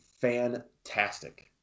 fantastic